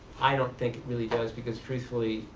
i don't think it really does because, truthfully,